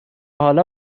حالا